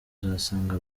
uzasanga